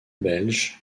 belges